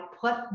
put